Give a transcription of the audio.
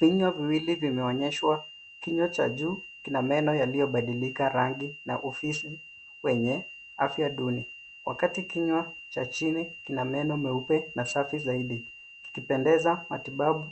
Vinywa viwili vimeonyeshwa. Kinywa cha juu kina meno yaliyobadilika rangi na ufizi wenye afya duniani. Wakati kinywa cha chini kina meno meupe na safi zaidi. Kipendeza matibabu